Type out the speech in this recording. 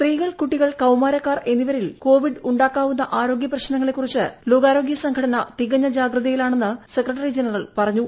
സ്ത്രീകൾ കുട്ടികൾ കൌമാരക്കാർ എന്നിവരിൽ കോവിഡ് ഉണ്ടാക്കാവുന്ന ആരോഗ്യ പ്രശ്നങ്ങളെക്കുറിച്ച് ലോകാരോഗ്യ സംഘടന തികഞ്ഞ ജാഗ്രതയിലാണെന്ന് സെക്രട്ടറി ജനറൽ പറഞ്ഞു